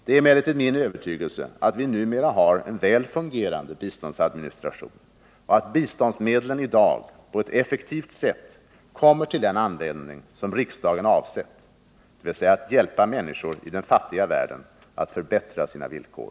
Det är emellertid min övertygelse att vi numera har en väl fungerande biståndsadministration och att biståndsmedlen i dag på ett effektivt sätt kommer till den användning som riksdagen avsett, dvs. att hjälpa människor i den fattiga världen att förbättra sina villkor.